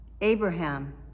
Abraham